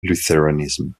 lutheranism